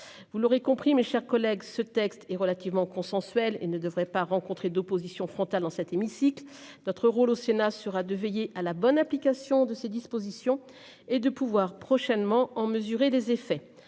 Vous l'aurez compris, mes chers collègues. Ce texte est relativement consensuel et ne devrait pas rencontrer d'opposition frontale dans cet hémicycle. Notre rôle au Sénat sera de veiller à la bonne application de ces dispositions et de pouvoir prochainement en mesurer les effets.